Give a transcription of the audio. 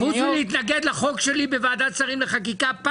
חוץ מלהתנגד לחוק שלי בוועדת שרים לחקיקה,